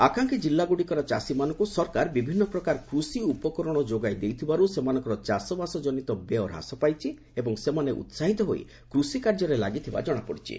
ଆକାଂକ୍ଷୀ ଜିଲ୍ଲାଗୁଡ଼ିକର ଚାଷୀମାନଙ୍କୁ ସରକାର ବିଭିନ୍ନ ପ୍ରକାର କୃଷି ଉପକରଣ ଯୋଗାଇ ଦେଇଥିବାରୁ ସେମାନଙ୍କର ଚାଷବାସ ଜନିତ ବ୍ୟୟ ହ୍ରାସ ପାଇଛି ଏବଂ ସେମାନେ ଉତ୍ସାହିତ ହୋଇ କୃଷିକାର୍ଯ୍ୟରେ ଲାଗିଥିବା ଜଣାପଡ଼ି ଛି